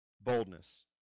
Boldness